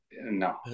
no